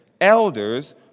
elders